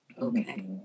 Okay